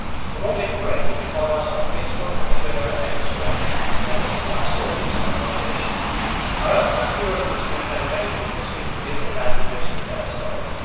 for more hidden brain, you can follow us on facebook, twitter and instagram and listen for my stories on morning edition our unsung heroes this week are the many people speaking different languages in this episode.